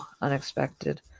unexpected